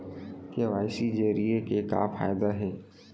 KYC जरिए के का फायदा हे?